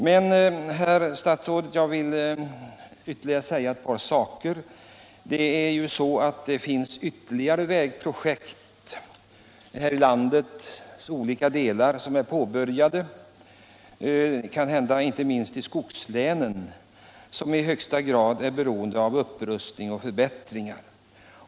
Men jag vill säga ett par saker till, herr statsråd. Inte minst i skogslänen finns ytterligare vägprojekt som i högsta grad är beroende av upprustning och förbättring.